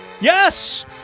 Yes